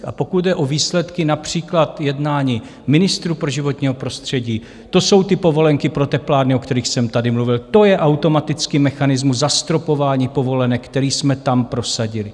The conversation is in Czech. A pokud jde o výsledky, například jednání ministrů pro životní prostředí, to jsou ty povolenky pro teplárny, o kterých jsem tady mluvil, to je automatický mechanismus zastropování povolenek, který jsme tam prosadili.